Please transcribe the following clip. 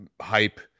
hype